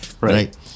right